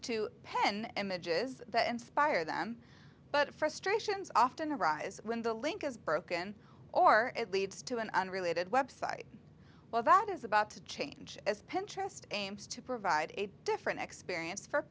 to pen images that inspire them but frustrations often arise when the link is broken or at leeds to an unrelated website well that is about to change as pinterest aims to provide a different experience for